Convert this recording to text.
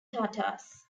tatars